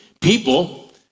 People